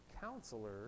counselor